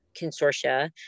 consortia